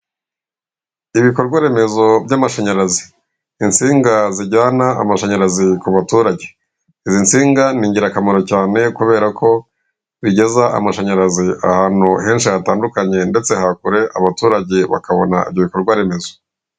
Ibikorwaremezo by'amashanyarazi. Insinga zijyana amashanyarazi ku baturage. Izi nsinga ni ingirakamaro cyane kubera ko zigeza amashanyarazi ahantu henshi hatandukanye ndetse hakure abaturage bakabona ibyo bikorwaremezo.